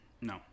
No